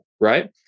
right